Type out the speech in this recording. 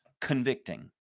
convicting